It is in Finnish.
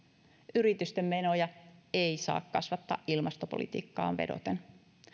yritysten menoja ei saa kasvattaa ilmastopolitiikkaan vedoten